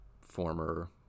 former